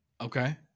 Okay